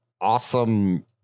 awesome